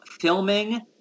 Filming